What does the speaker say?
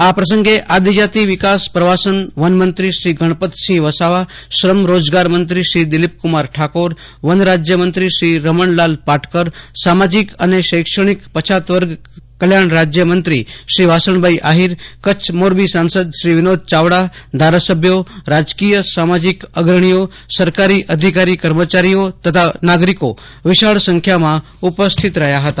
આ પ્રસંગે આદિજાતિ વિકાસ પ્રવાસન વનમંત્રી શ્રી ગણપત વાસવા શ્રમરોજગાર મંત્રીશ્રી દિલીપ ઠાકોર વન રાજ્ય મંત્રી શ્રી રમણભાઇ પાટકર સામાજીક અને શૈક્ષણિક પછાતવર્ગો કલ્યાણ રાજ્ય મંત્રી શ્રી વાસણભાઇ આહિર કચ્છ મોરબી સાંસદ શ્રી વિનોદ ચાવડા ધારાસભ્યો રાજકીય સામાજિક અગ્રણીઓ સરકારી અધિકારીઓ તથા નાગરીકો વિશાળ સંખ્યામાં ઉપસ્થિત રહ્યા હતા